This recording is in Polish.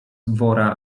wora